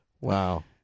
Wow